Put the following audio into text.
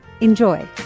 Enjoy